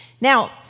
Now